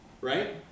right